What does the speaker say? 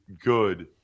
good